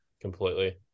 completely